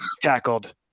tackled